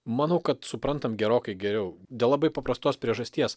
manau kad suprantam gerokai geriau dėl labai paprastos priežasties